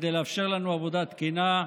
כדי לאפשר לנו עבודה תקינה.